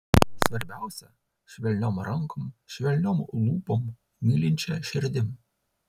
svarbiausia švelniom rankom švelniom lūpom mylinčia širdim